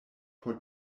por